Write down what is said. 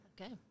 Okay